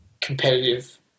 competitive